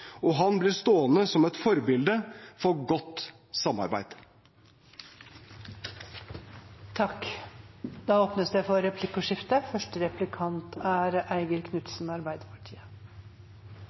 Han blir stående som et forbilde for godt samarbeid. Det blir replikkordskifte. Takk til finansministeren for